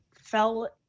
fell